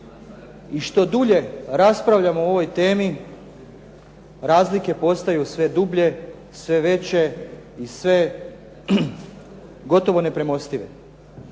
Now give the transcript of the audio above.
i što dulje raspravljamo o ovoj temi razlike postaju sve dublje, sve veće i gotovo nepremostive.